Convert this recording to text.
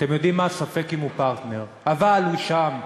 אתם יודעים מה, ספק אם הוא פרטנר, אבל הוא שם,